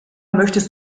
möchtest